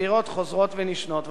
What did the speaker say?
חוזרות ונשנות.